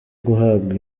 guhabwa